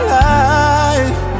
life